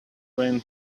when